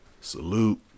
salute